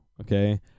okay